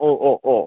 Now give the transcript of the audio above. ഓ ഓ ഓ